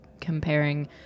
comparing